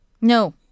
No